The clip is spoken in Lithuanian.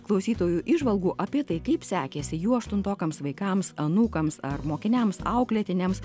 klausytojų įžvalgų apie tai kaip sekėsi jų aštuntokams vaikams anūkams ar mokiniams auklėtiniams